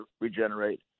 regenerate